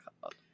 called